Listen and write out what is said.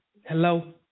Hello